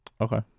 okay